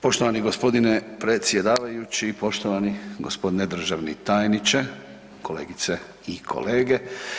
Poštovani gospodine predsjedavajući, poštovani gospodine državni tajniče, kolegice i kolege.